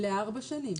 לארבע שנים.